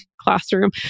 classroom